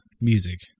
music